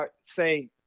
say